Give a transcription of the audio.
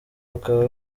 bakaba